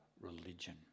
religion